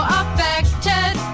affected